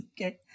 Okay